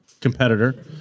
competitor